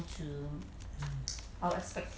mm